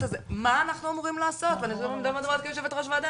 מה אנחנו אמורים לעשות ואני לא מדברת כיושבת ראש וועדה,